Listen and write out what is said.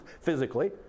physically